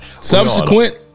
Subsequent